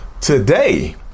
today